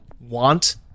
want